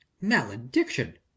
Malediction